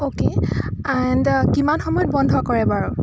okay and কিমান সময়ত বন্ধ কৰে বাৰু